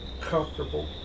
comfortable